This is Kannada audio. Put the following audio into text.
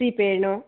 ಸೀಬೆ ಹಣ್ಣು